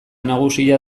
nagusia